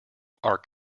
are